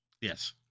Yes